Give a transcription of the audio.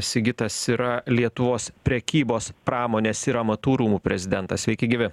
sigitas yra lietuvos prekybos pramonės ir amatų rūmų prezidentas sveiki gyvi